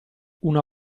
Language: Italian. una